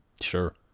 Sure